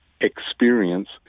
experience